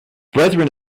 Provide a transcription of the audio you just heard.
brethren